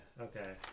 okay